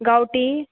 गांवठी